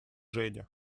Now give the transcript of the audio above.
женя